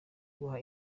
guha